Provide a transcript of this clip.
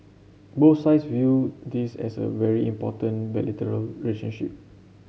both sides view this as a very important bilateral relationship